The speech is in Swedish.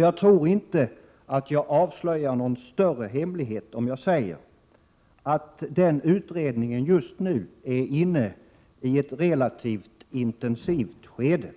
Jag tror inte att jag avslöjar någon större hemlighet, om jag säger att den utredningen är inne i ett relativt intensivt skede